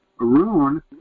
Arun